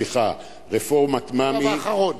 רפורמת ממ"י,